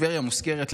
טבריה מוזכרת,